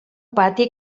pati